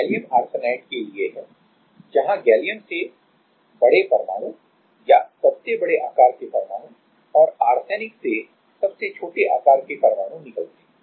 तो यह gallium arsenide के लिए है जहां गैलियम से बड़े परमाणु या सबसे बड़े आकार के परमाणु और आर्सेनिक से सबसे छोटे आकार के परमाणु निकलते हैं